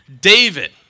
David